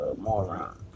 moron